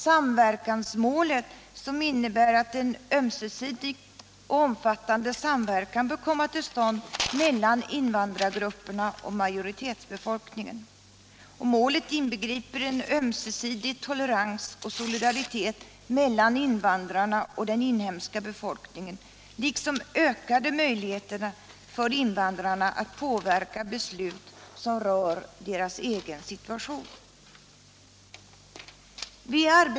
Samverkansmålet innebär att en ömsesidig och omfattande samverkan bör komma till stånd mellan invandrargrupperna och majoritetsbefolkningen. Målet inbegriper ömsesidig tolerans och solidaritet mellan invandrarna och den inhemska befolkningen liksom ökade möjligheter för invandrarna att påverka beslut som rör deras egen situation.